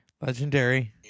Legendary